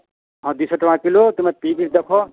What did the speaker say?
ହଁ ଦୁଇ ଶହ ଟଙ୍କା କିଲୋ ତୁମେ ପିଇ କରି ଦେଖ